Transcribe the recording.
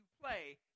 play